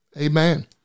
Amen